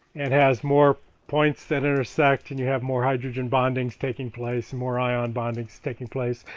and has more points that intersect and you have more hydrogen bondings taking place and more ion bondings taking place.